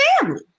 family